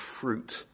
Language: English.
fruit